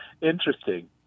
Interesting